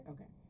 Okay